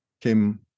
came